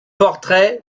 portraits